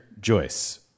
Joyce